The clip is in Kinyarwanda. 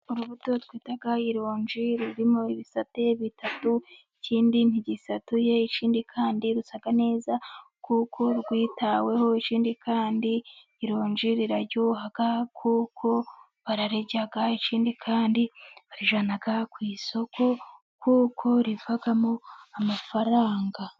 Urubuto twita ironji rurimo ibisate bitatu ikindi ntigisatuye .Ikindi kandi rusa neza ,kuko rwitaweho ikindi kandi ironji riraryoha, kuko bararirya ,ikindi kandi bajyana ku isoko kuko rivamo amafaranga.